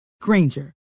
Granger